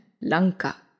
Lanka